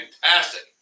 fantastic